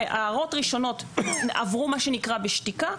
הערות ראשונות עברו מה שנקרא בשתיקה,